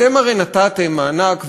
אתם הרי נתתם מענק,